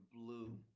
blue